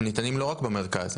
ניתנים לא רק במרכז,